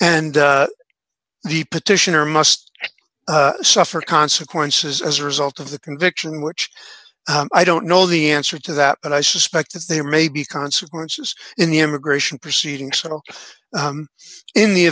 and the petitioner must suffer consequences as a result of the conviction which i don't know the answer to that but i suspect that there may be consequences in the immigration proceedings in the